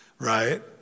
right